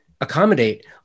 accommodate